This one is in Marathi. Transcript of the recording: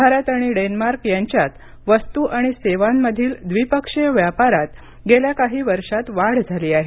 भारत आणि डेन्मार्क यांच्यात वस्तू आणि सेवांमधील द्विपक्षीय व्यापारात गेल्या काही वर्षात वाढ झाली आहे